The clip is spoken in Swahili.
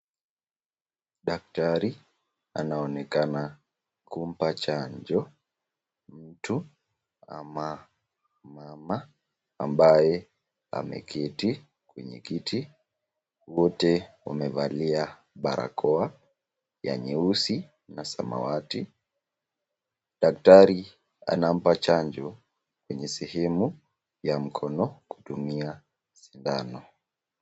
Daktari anaonekana kumpa chanjo mtu ama mama ambaye ameketi kwenye kiti, wote wamevalia barakoa ya nyeusi na sawati. Daktari anampa chanjo kwenye sehemu ya mkono kutumia sindano.